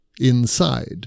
Inside